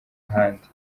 ruhande